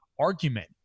argument